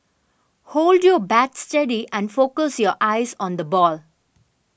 hold your bat steady and focus your eyes on the ball